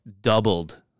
doubled